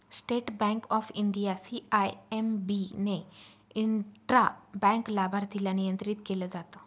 state Bank of India, CIMB ने intra bank लाभार्थीला नियंत्रित केलं जात